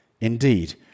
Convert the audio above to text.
Indeed